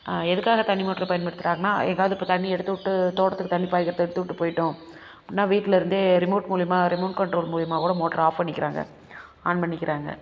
ஆ எதுக்காக தண்ணி மோட்ரு பயன்படுத்துறாங்கன்னா எங்கேயாவுது இப்போ தண்ணி எடுத்து விட்டு தோட்டத்துக்கு தண்ணி பாயிக்கிறதை எடுத்து விட்டு போயிட்டோம் அப்படின்னா வீட்டில இருந்தே ரிமோட் மூலியமா ரிமோட் கண்ட்ரோல் மூலியமாக்கூட மோட்ரை ஆஃப் பண்ணிக்கிறாங்க ஆன் பண்ணிக்கிறாங்க